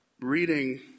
reading